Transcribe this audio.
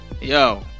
Yo